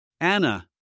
Anna